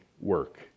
work